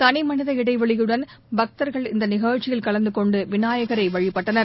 தளிமனித இடைவெளியுடன் பக்தர்கள் இந்தநிகழ்ச்சியில் கலந்துகொண்டுவிநாயகரைவழிபட்டனர்